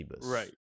Right